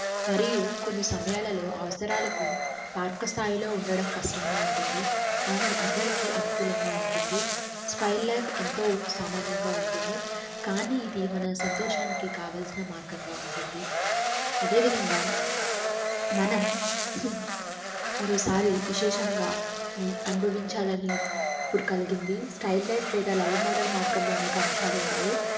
మరియు కొన్ని సమయాలలో అవసరాలకు మార్గస్థాయిలో ఉండడం కష్టంగా ఉంటుంది కానీ అందరికీ అనుకూలంగా ఉంటుంది స్టైల్ లైఫ్ ఎంతో సామాన్యంగా ఉంటుంది కానీ ఇది మన సంతోషానికి కావాల్సిన మార్గంగా ఉంటుంది అదేవిధంగా మనం మరోసారి విశేషంగా అనుభవించాలని ఇప్పుడు కలిగింది స్టైల్ లైఫ్ లేదా లైవ్ మోడల్ మార్గంలో అనేక అంశాలు ఉన్నాయి